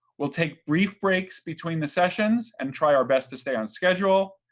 we'll take brief breaks between the sessions and try our best to stay on schedule.